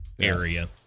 area